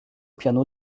piano